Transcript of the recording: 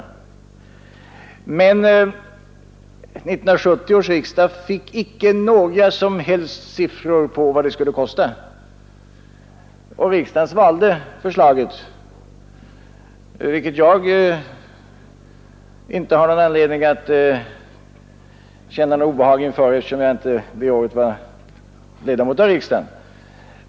1970 års riksdag fick icke några som helst siffror på vad det skulle kosta. Riksdagen svalde ändå förslaget, vilket jag inte har anledning att känna några obehag inför, eftersom jag det året inte var ledamot av riksdagen.